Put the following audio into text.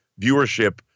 viewership